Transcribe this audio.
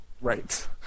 right